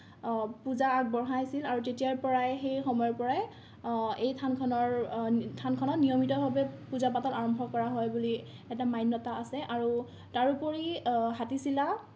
পূজা আগবঢ়াইছিল আৰু তেতিয়াৰ পৰাই সেই সময়ৰ পৰাই এই থানখনৰ থানখনত নিয়মিতভাৱে পূজা পাতল আৰম্ভ কৰা হয় বুলি এটা মান্যতা আছে আৰু তাৰোপৰি হাতীচিলা